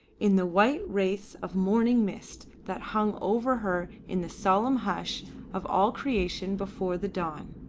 in the white wraiths of morning mist that hung over her in the solemn hush of all creation before the dawn.